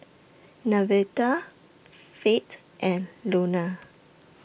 Nevada Fate and Lona